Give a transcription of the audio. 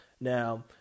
Now